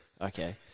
okay